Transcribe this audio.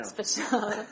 special